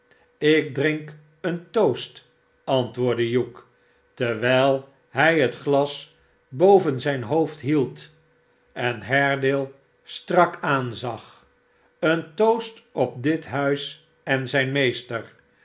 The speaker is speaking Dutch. ik drink een toast antwoordde hugh terwijl hij het glas boven zijn hoofd hield en haredale strak aanzag seen toast op dit huis en zijn meester